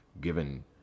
given